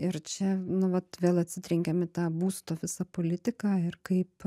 ir čia nu vat vėl atsitrenkiam į tą būsto visą politiką ir kaip